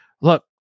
look